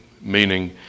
meaning